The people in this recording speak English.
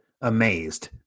amazed